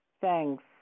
Thanks